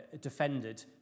defended